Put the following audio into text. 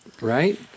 right